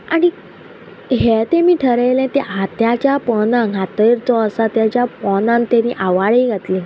आनी हे तेमी ठरयलें तें हात्याच्या पोनाक हातयर जो आसा तेच्या पोनान तेणी आवाळी घातली